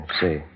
See